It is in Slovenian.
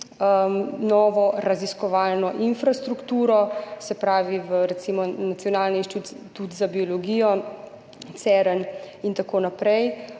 novo raziskovalno infrastrukturo, recimo Nacionalni inštitut za biologijo, CERN in tako naprej,